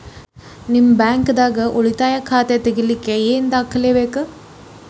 ನಿಮ್ಮ ಬ್ಯಾಂಕ್ ದಾಗ್ ಉಳಿತಾಯ ಖಾತಾ ತೆಗಿಲಿಕ್ಕೆ ಏನ್ ದಾಖಲೆ ಬೇಕು?